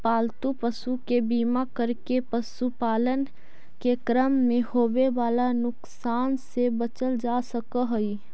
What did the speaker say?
पालतू पशु के बीमा करके पशुपालन के क्रम में होवे वाला नुकसान से बचल जा सकऽ हई